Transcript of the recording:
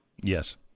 Yes